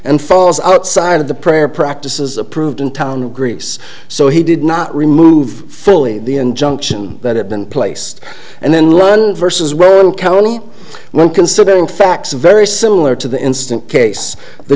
and falls outside of the prayer practices approved in town grease so he did not remove fully the injunction that had been placed and then learn verses well county when considering facts very similar to the instant case the